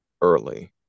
early